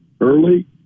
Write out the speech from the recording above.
early